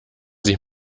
sich